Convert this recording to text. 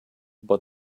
but